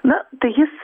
na tai jis